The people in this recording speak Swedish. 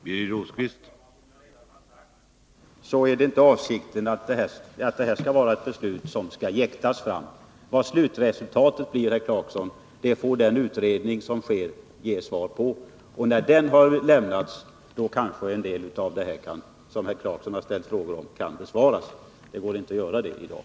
Herr talman! Som jag redan har sagt, är det inte avsikten att detta beslut skall jäktas fram. Vad slutresultatet blir, herr Clarkson, får den utredning som sker ge svar på. När denna har avlämnats, kanske en del av de frågor som herr Clarkson har ställt kan besvaras. Det går inte att besvara dem i dag.